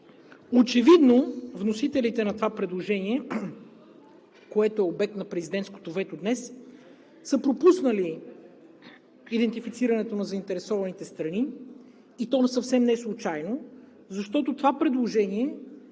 Очевидно вносителите на това предложение, което е обект на президентското вето днес, са пропуснали идентифицирането на заинтересованите страни, и то съвсем неслучайно, защото това предложение